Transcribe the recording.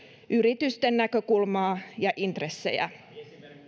yritysten näkökulmaa ja intressejä